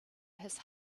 his